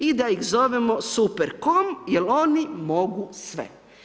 I da ih zovemo super com jer oni mogu sve.